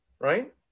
right